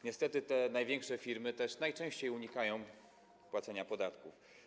Niestety te największe firmy też najczęściej unikają płacenia podatków.